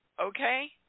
Okay